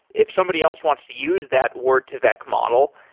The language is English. if somebody else wants to use that word to vec model,